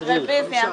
הצבעה בעד, רוב נגד,